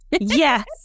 yes